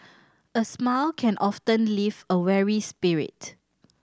a smile can often lift a weary spirit